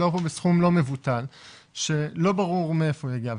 מדובר פה בסכום לא מבוטל שלא ברור מאיפה יגיע.